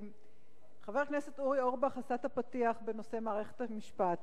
חבר הכנסת אורי אורבך עשה את הפתיח בנושא מערכת המשפט.